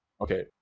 Okay